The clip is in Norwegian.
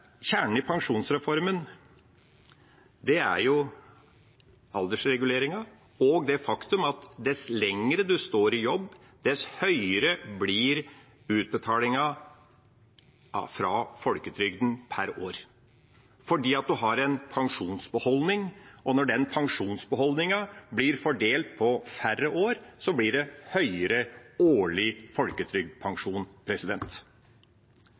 kjernen i pensjonsreformen, er aldersreguleringen og det faktum at dess lenger en står i jobb, dess høyere bli utbetalingen fra folketrygden per år, for en har en pensjonsbeholdning, og når den pensjonsbeholdningen blir fordelt på færre år, blir det høyere årlig folketrygdpensjon.